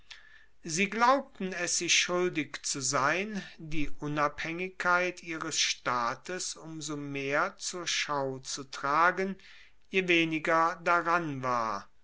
sie glaubten es sich schuldig zu sein die unabhaengigkeit ihres staates um so mehr zur schau zu tragen je weniger daran war